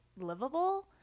livable